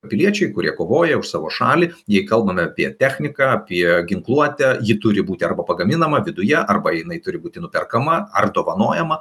piliečiai kurie kovoja už savo šalį jei kalbame apie techniką apie ginkluotę ji turi būti arba pagaminama viduje arba jinai turi būti nuperkama ar dovanojama